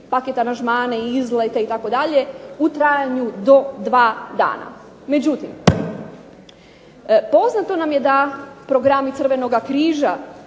paket aranžmane, izlete itd. u trajanju do dva dana. Međutim, poznato nam je da programi Crvenog križa,